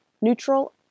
neutral